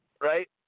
Right